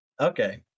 Okay